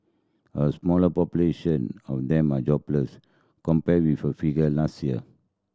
a smaller population of them are jobless compared with a figure last year